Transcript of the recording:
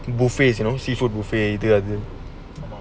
buffet is you know seafood buffet